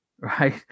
Right